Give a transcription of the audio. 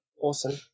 awesome